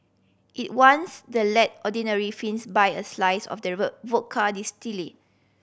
it wants the let ordinary Finns buy a slice of the vodka